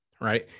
right